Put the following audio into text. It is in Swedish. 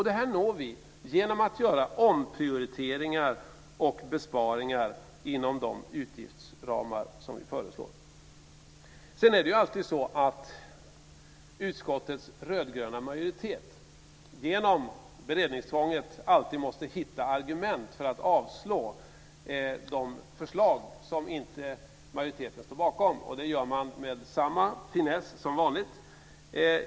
Detta når vi genom att göra omprioriteringar och besparingar inom de utgiftsramar som vi föreslår. Sedan måste utskottets rödgröna majoritet genom beredningstvånget alltid hitta argument för att avslå de förslag som inte majoriteten står bakom. Det gör man med samma finess som vanligt.